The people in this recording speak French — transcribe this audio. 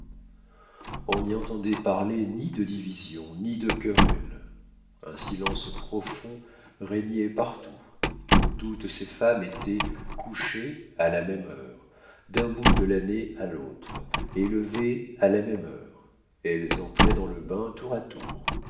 on n'y entendoit parler ni de divisions ni de querelles un silence profond régnoit partout toutes ces femmes étoient couchées à la même heure d'un bout de l'année à l'autre et levées à la même heure elles entroient dans le bain tour à tour